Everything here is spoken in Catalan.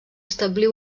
establir